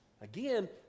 again